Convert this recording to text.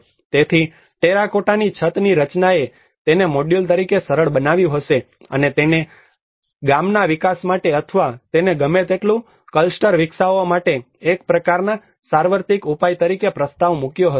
તેથી ટેરાકોટ્ટાની છતની રચનાએ તેને મોડ્યુલ તરીકે સરળ બનાવ્યું હશે અને તેને ગામના વિકાસ માટે અથવા તેને ગમે તેટલું ક્લસ્ટર વિકસાવવા માટે એક પ્રકારના સાર્વત્રિક ઉપાય તરીકે પ્રસ્તાવ મૂક્યો હશે